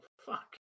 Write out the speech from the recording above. Fuck